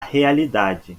realidade